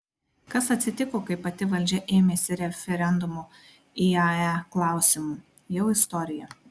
kas atsitiko kai pati valdžia ėmėsi referendumo iae klausimu jau istorija